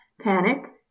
panic